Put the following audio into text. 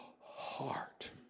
heart